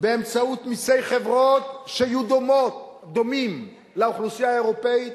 באמצעות מסי חברות שיהיו דומים לאוכלוסייה האירופית,